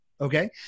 okay